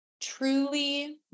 truly